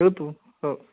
हो